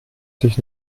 sich